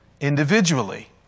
individually